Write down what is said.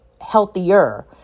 healthier